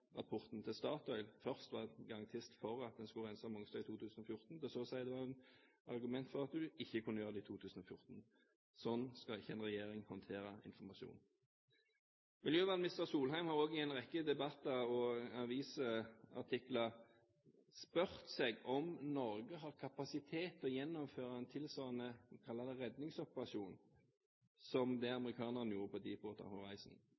i 2014, til så å si det var et argument for at en ikke kunne gjøre det i 2014. Sånn skal ikke en regjering håndtere informasjon. Miljøvernminister Solheim har også i en rekke debatter og avisartikler spurt seg om Norge har kapasitet til å gjennomføre en tilsvarende – man kan kalle det – redningsoperasjon, som den som amerikanerne gjorde på «Deepwater Horizon». Han har